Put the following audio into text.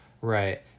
right